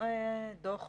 דוח